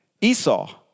Esau